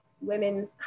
women's